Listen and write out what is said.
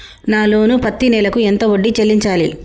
నా లోను పత్తి నెల కు ఎంత వడ్డీ చెల్లించాలి?